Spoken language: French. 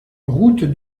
route